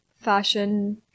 fashion